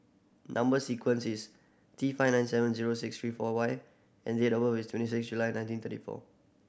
number sequence is T five nine seven zero six three four Y and date of birth is twenty six July nineteen thirty four